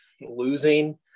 losing